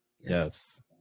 Yes